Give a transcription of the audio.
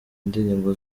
ndirimbo